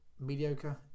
mediocre